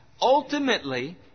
Ultimately